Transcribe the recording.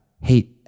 Hey